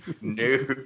no